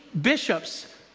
bishops